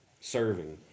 serving